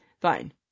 Fine